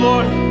Lord